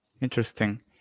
Interesting